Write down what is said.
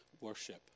worship